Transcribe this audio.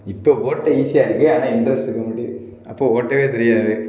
இப்போ ஓட்ட ஈஸியாக இருக்குது ஆனால் இண்ட்ரஸ்ட் இருக்க மாட்டிது அப்போ ஓட்டவே தெரியாது